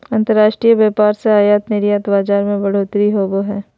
अंतर्राष्ट्रीय व्यापार से आयात निर्यात बाजार मे बढ़ोतरी होवो हय